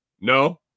no